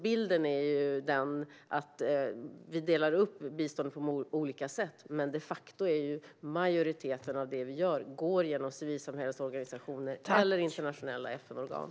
Bilden är den att vi delar upp biståndet i många olika delar, men de facto går en majoritet av det vi gör via civilsamhällsorganisationer eller internationella FN-organ.